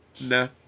no